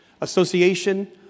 Association